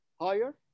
higher